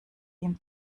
ihm